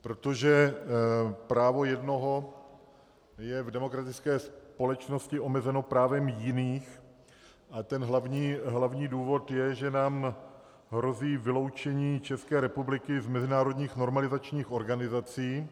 Protože právo jednoho je v demokratické společnosti omezeno právem jiných a ten hlavní důvod je, že nám hrozí vyloučení České republiky z mezinárodních normalizačních organizací.